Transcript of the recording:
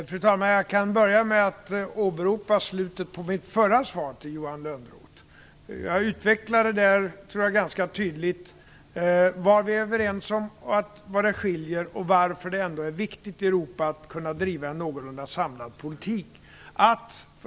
Fru talman! Jag kan börja med att åberopa slutet på mitt förra svar till Johan Lönnroth. Jag utvecklade där ganska tydligt vad vi är överens om, vad som skiljer och varför det ändå är viktigt att kunna driva en någorlunda samlad politik i Europa.